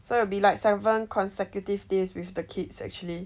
so it'll be like seven consecutive days with the kids actually